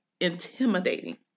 intimidating